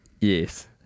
Yes